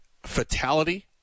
fatality